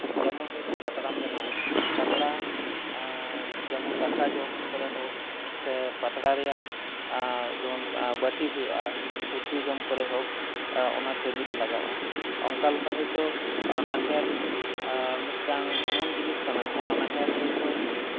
ᱡᱮᱢᱚᱱ ᱦᱚᱭᱛᱳ ᱯᱟᱛᱲᱟᱢ ᱵᱮᱱᱟᱣᱟ ᱯᱟᱛᱲᱟ ᱡᱮᱢᱚᱱ ᱫᱟᱠᱟ ᱡᱚᱢ ᱠᱚᱨᱮ ᱦᱳᱠ ᱥᱮ ᱯᱟᱛᱲᱟ ᱨᱮᱭᱟᱜ ᱠᱮᱢᱚᱱ ᱵᱟᱹᱴᱤ ᱦᱩᱭᱩᱜᱼᱟ ᱩᱛᱩ ᱡᱚᱢ ᱠᱚᱨᱮ ᱦᱳᱠ ᱚᱱᱟ ᱠᱟᱹᱢᱤᱨᱮ ᱞᱟᱜᱟᱜᱼᱟ ᱚᱱᱠᱟ ᱞᱮᱠᱟ ᱦᱚᱭᱛᱳ ᱟᱨ ᱱᱟᱦᱮᱞ ᱢᱤᱫᱴᱟᱱ ᱮᱢᱚᱱ ᱠᱟᱱᱟ ᱚᱱᱟ ᱱᱟᱦᱮᱞ ᱦᱚᱭᱛᱳ